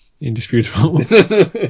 indisputable